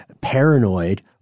paranoid –